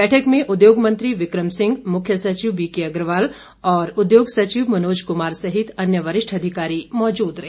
बैठक में उद्योग मंत्री बिक्रम सिंह मुख्य सचिव वीके अग्रवाल और उद्योग सचिव मनोज कुमार सहित अन्य वरिष्ठ अधिकारी मौजूद रहे